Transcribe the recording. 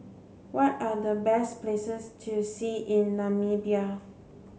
what are the best places to see in Namibia